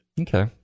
Okay